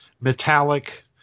metallic